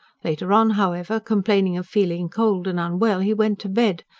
later on, however, complaining of feeling cold and unwell, he went to bed,